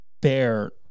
bear